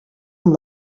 amb